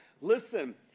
listen